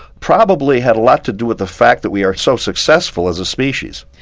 probably had a lot to do with the fact that we are so successful as a species.